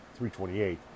328